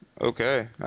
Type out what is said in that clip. Okay